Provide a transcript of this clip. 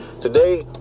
today